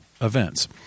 events